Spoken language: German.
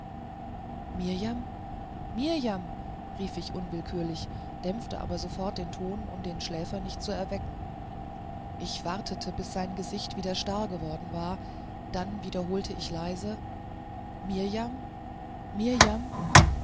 mirjam mirjam rief ich unwillkürlich dämpfte aber sofort den ton um den schläfer nicht zu erwecken ich wartete bis sein gesicht wieder starr geworden war dann wiederholte ich leise mirjam